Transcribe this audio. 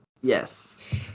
Yes